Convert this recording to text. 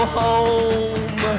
home